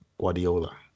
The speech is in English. Guardiola